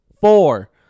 Four